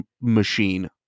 machine